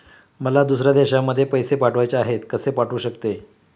मला दुसऱ्या देशामध्ये पैसे पाठवायचे आहेत कसे पाठवू शकते?